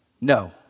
No